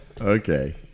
Okay